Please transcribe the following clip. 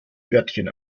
örtchen